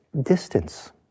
distance